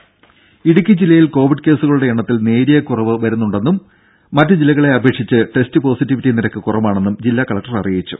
രും ഇടുക്കി ജില്ലയിൽ കോവിഡ് കേസുകളുടെ എണ്ണത്തിൽ നേരിയ കുറവ് വരുന്നുണ്ടെന്നും മറ്റ് ജില്ലകളെ അപേക്ഷിച്ച് ടെസ്റ്റ് പോസിറ്റിവിറ്റി നിരക്ക് കുറവാണെന്നും ജില്ലാ കലക്ടർ അറിയിച്ചു